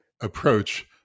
approach